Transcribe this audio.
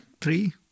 Three